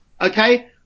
Okay